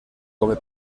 come